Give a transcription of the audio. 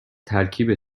ترکیب